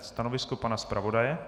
Stanovisko pana zpravodaje?